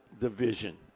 division